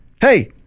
hey